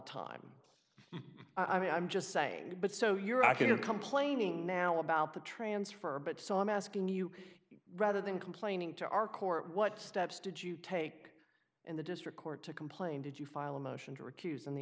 time i mean i'm just saying but so you're out here complaining now about the transfer but so i'm asking you rather than complaining to our court what steps did you take in the district court to complain did you file a motion to recuse and the